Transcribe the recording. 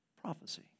prophecy